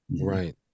Right